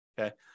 Okay